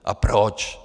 A proč?